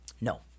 No